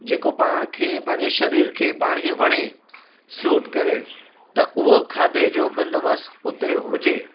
जेको पाण खे पंहिंजे सरीर खे पाण खे वणे सूट करे त उहो खाधे जो बंदोबस्त हुते हुजे